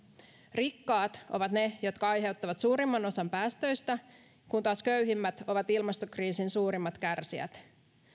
rikkaat ovat ne jotka aiheuttavat suurimman osan päästöistä kun taas köyhimmät ovat ilmastokriisin suurimmat kärsijät